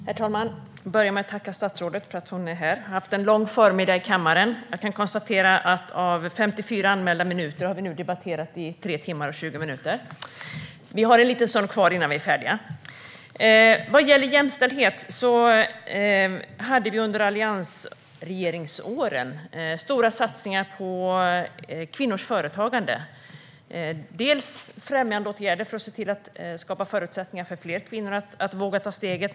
Herr talman! Jag vill börja med att tacka statsrådet för att hon är här. Det har varit en lång förmiddag i kammaren. Jag kan konstatera att av 54 anmälda minuter har vi nu debatterat i tre timmar och 20 minuter, men vi har en liten stund kvar innan vi är färdiga. När det gäller jämställdhet gjordes det under alliansregeringsåren stora satsningar på kvinnors företagande. Vi vidtog främjandeåtgärder för att skapa förutsättningar för att fler kvinnor skulle våga att ta steget.